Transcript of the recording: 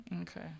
Okay